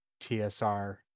TSR